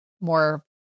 more